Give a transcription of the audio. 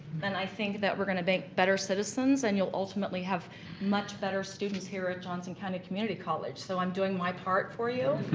and i think that we're gonna make better citizens and you'll ultimately have much better students here at johnson county kind of community college so i'm doing my part for you.